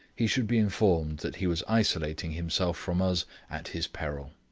he should be informed that he was isolating himself from us at his peril.